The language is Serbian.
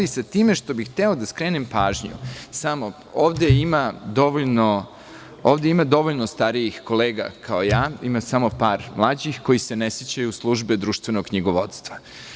Hteo bih da skrenem pažnju - ovde ima dovoljno starijih kolega kao ja, ima samo par mlađih koji se ne sećaju Službe društvenog knjigovodstva.